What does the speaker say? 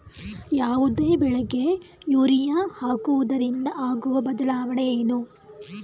ಯಾವುದೇ ಬೆಳೆಗೆ ಯೂರಿಯಾ ಹಾಕುವುದರಿಂದ ಆಗುವ ಬದಲಾವಣೆ ಏನು?